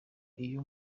iyo